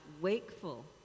wakeful